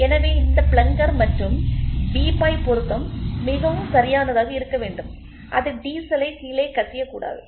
எனவே இந்த பிளங்கர் மற்றும் பீப்பாய் பொருத்தம் மிகவும் சரியானதாக இருக்க வேண்டும் அது டீசலை கீழே கசியக்கூடாது